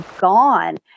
gone